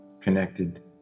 connected